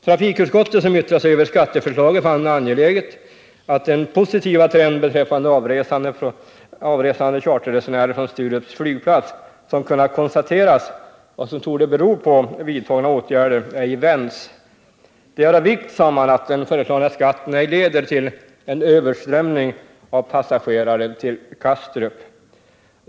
Trafikutskottet som yttrade sig över skatteförslaget fann det angeläget att den positiva trend beträffande avresande charterresenärer från Sturups flygplats som kunnat konstateras och som torde bero på vidtagna åtgärder ej skulle vändas. Det är av vikt, sade man, att den föreslagna skatten ej leder till en överströmning av passagerare till Kastrup.